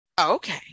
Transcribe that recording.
Okay